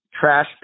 trash